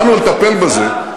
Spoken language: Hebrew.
באנו לטפל בזה,